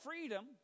freedom